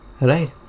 right